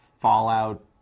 Fallout